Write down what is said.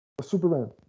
superman